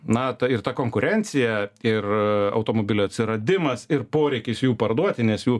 na ta ir ta konkurencija ir automobilių atsiradimas ir poreikis jų parduoti nes jų